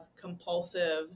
compulsive